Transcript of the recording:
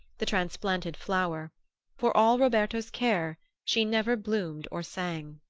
the transplanted flower for all roberto's care she never bloomed or sang.